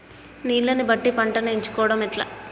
నీళ్లని బట్టి పంటను ఎంచుకోవడం ఎట్లా?